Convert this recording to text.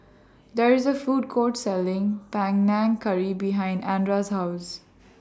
There IS A Food Court Selling Panang Curry behind Andra's House